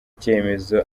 cyemezo